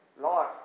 Lord